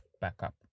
backup